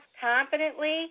confidently